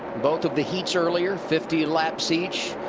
both of the heats earlier, fifty laps each,